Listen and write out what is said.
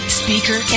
speaker